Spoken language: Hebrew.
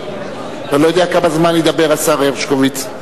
ואני לא יודע כמה זמן ידבר השר הרשקוביץ.